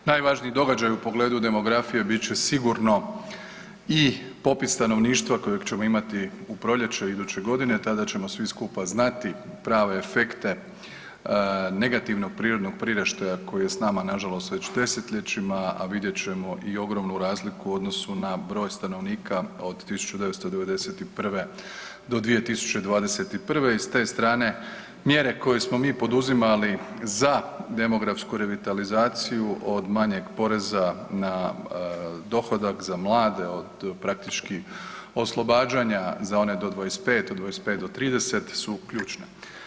Najvažniji događaj u pogledu demografije bit će sigurno i popis stanovništva kojeg ćemo imati u proljeće iduće godine, tada ćemo svi skupa znati prave efekte negativnog prirodnog priraštaja koji je s nama nažalost već desetljećima, a vidjet ćemo i ogromnu razliku u odnosu na broj stanovnika od 1991. do 2021. i ste strane mjere koje smo mi poduzimali za demografsku revitalizaciju od manjeg poreza na dohodak za mlade, od praktički oslobađanja za one do 25, od 25 do 30 su ključne.